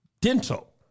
dental